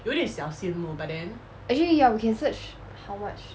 actually ya we can search how much